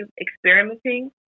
experimenting